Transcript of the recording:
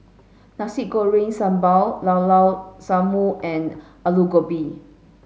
Nasi Goreng Sambal Llao Llao Sanum and Aloo Gobi